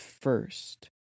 first